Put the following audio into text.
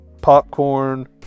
popcorn